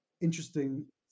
interesting